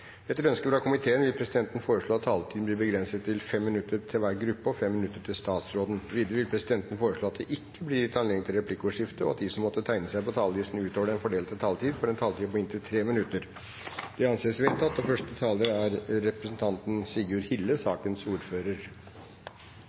Etter ønske fra finanskomiteen vil presidenten foreslå at taletiden blir begrenset til 5 minutter til hver gruppe og 5 minutter til statsråden. Videre vil presidenten foreslå at det ikke blir gitt anledning til replikkordskifte, og at de som måtte tegne seg på talerlisten utover den fordelte taletid, får en taletid på inntil 3 minutter. Det anses vedtatt.